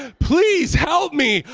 please, help me.